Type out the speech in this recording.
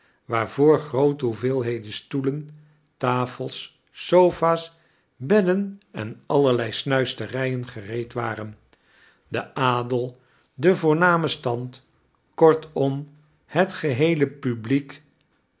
waarvoor groote hoeveelheden stoelen tafels sofa's bedden en allerlei scmisterijen gereed waren de adel de voorname stand kortom het geheele pubkek